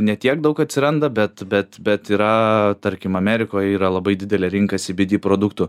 ne tiek daug atsiranda bet bet bet yra tarkim amerikoj yra labai didelė rinka sybydy produktų